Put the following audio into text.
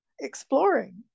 exploring